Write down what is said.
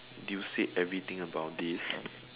you said everything about this